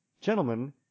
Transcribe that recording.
gentlemen